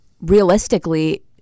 realistically